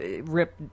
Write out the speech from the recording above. rip